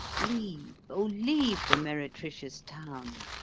leave, oh, leave the meretricious town,